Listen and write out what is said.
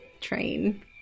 train